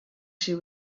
she